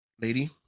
Lady